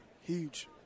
Huge